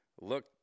look